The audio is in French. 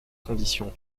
conditions